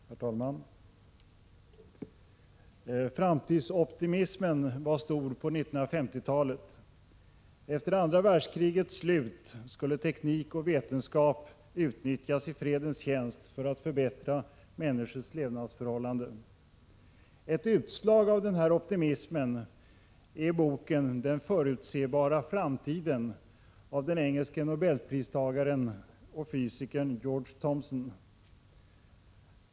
Herr talman! Framtidsoptimismen var stor på 1950-talet. Efter andra världskrigets slut skulle teknik och vetenskap utnyttjas i fredens tjänst för att förbättra människors levnadsförhållanden. Ett utslag av denna optimism är boken Den förutsebara framtiden av den engelske nobelpristagaren och fysikern Georg Thomson.